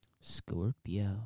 Scorpio